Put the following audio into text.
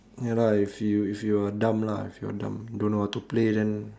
ya lah if you if you're dumb lah if you're dumb don't know how to play then